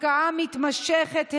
הפקעה מתמשכת,